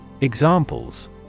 Examples